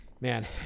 man